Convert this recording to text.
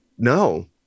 No